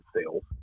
sales